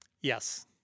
Yes